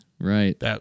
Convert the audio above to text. right